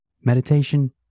Meditation